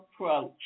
approach